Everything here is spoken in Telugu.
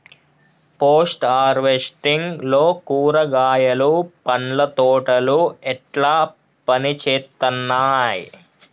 పోస్ట్ హార్వెస్టింగ్ లో కూరగాయలు పండ్ల తోటలు ఎట్లా పనిచేత్తనయ్?